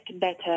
better